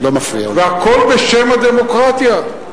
והכול בשם הדמוקרטיה,